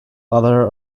other